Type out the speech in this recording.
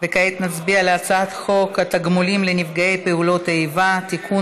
וכעת נצביע על הצעת חוק התגמולים לנפגעי פעולות איבה (תיקון,